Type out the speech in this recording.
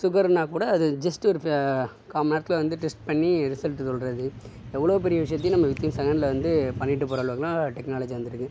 சுகர்னால்கூட அது ஜஸ்ட் ஒரு கால்மணி நேரத்தில் வந்து டெஸ்ட் பண்ணி ரிசல்ட் சொல்லுறது எவ்வளோ பெரிய விஷயத்தையும் நம்ம வித்தின் செகண்ட்ல வந்து பண்ணிட்டுபோகிற அளவுக்குலாம் டெக்னாலஜி வந்திருக்கு